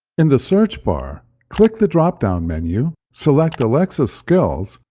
in the search bar, click the drop-down menu, select alexa skills,